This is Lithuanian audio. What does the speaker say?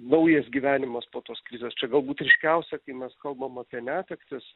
naujas gyvenimas po tos krizės čia galbūt ryškiausia kai mes kalbam apie netektis